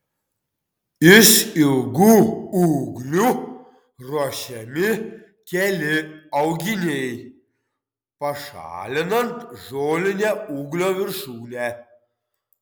iš ilgų ūglių ruošiami keli auginiai pašalinant žolinę ūglio viršūnę